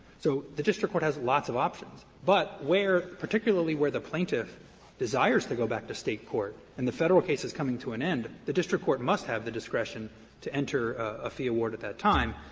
so the district court has lots of options. but where particularly where the plaintiff desires to go back to state court and the federal case is coming to an end, the district court must have the discretion to enter a fee award at that time.